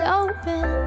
open